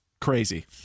crazy